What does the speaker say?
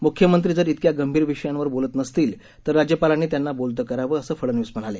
मुख्यमंत्री जर तिक्या गंभीर विषयांवर बोलत नसतील तर राज्यपालांनी त्यांना बोलतं करावं असं फडनवीस म्हणाले